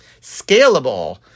Scalable